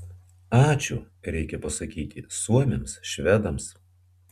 ačiū reikia pasakyti suomiams švedams